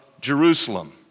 Jerusalem